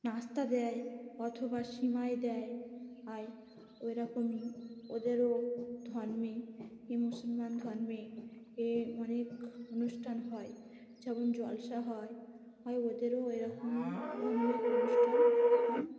নাস্তা দেয় অথবা সিমাই দেয় হয় ওইরকমই ওদেরও ধর্মে এ মুসলমান ধর্মে এ অনেক অনুষ্ঠান হয় যেমন জালসা হয় হয় ওদেরও এরকম ধর্মের অনুষ্ঠান